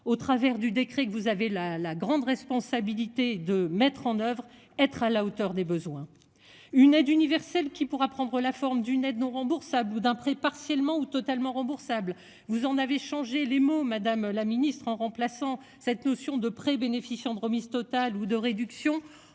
au travers du décret que vous avez la la grande responsabilité de mettre en oeuvre. Être à la hauteur des besoins. Une aide universelle qui pourra prendre la forme d'une aide non remboursable ou d'un prêt partiellement ou totalement remboursable, vous en avez changé les mots. Madame la ministre, en remplaçant cette notion de prêts bénéficiant de remises totales ou de réduction